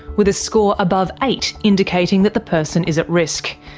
with a score above eight indicating that the person is at risk.